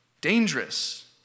dangerous